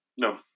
No